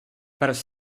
pärast